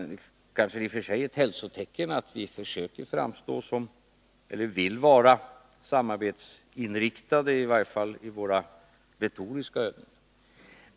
Det kanske i och för sig är ett hälsotecken att vi vill vara samarbetsinriktade, i varje fall i våra retoriska övningar.